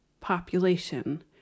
population